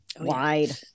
wide